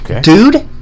dude